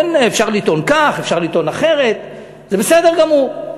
אפשר לטעון כך, אפשר לטעון אחרת, זה בסדר גמור.